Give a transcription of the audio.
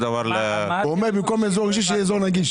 הוא אומר במקום אזור אישי שיהיה אזור נגיש.